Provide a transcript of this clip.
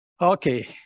Okay